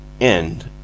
End